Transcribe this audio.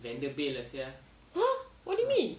!huh! what do you mean